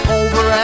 over